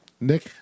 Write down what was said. Nick